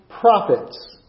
profits